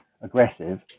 aggressive